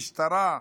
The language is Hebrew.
משטרה,